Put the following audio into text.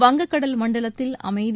வங்க கடல் மண்டலத்தில் அமைதி